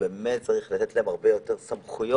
וצריך לתת להן הרבה יותר סמכויות.